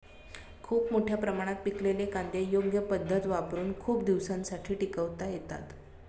खूप मोठ्या प्रमाणात पिकलेले कांदे योग्य पद्धत वापरुन खूप दिवसांसाठी टिकवता येतात